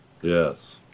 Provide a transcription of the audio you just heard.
Yes